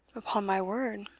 upon my word,